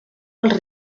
els